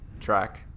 track